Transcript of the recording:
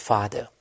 Father